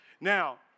Now